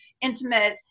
intimate